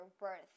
worth